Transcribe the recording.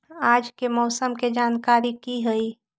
आज के मौसम के जानकारी कि हई?